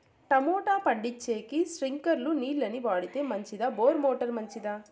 Tomato పండించేకి స్ప్రింక్లర్లు నీళ్ళ ని వాడితే మంచిదా బోరు మోటారు మంచిదా?